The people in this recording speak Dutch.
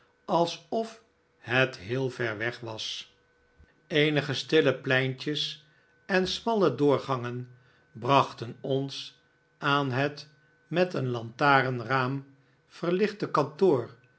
alsof het heel ver weg was eenige stille pleintjes en smalle doorgangen brachten ons aan het met een lantarenraam verlichte kantoor